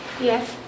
yes